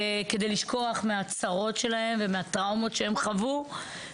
וכדי לשכוח מהצרות שלהן ומהטראומות שהן חוו.